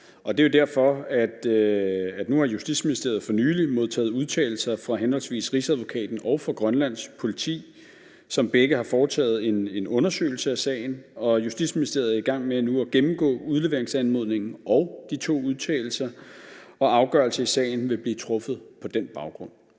Det er jo derfor, at Justitsministeriet nu for nylig har modtaget udtalelser fra henholdsvis Rigsadvokaten og Grønlands Politi, som begge har foretaget en undersøgelse af sagen. Justitsministeriet er i gang med nu at gennemgå udleveringsanmodningen og de to udtalelser, og en afgørelse i sagen vil blive truffet på den baggrund.